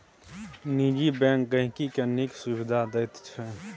निजी बैंक गांहिकी केँ नीक सुबिधा दैत छै